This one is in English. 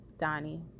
donnie